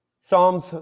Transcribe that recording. Psalms